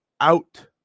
out